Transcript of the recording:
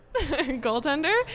Goaltender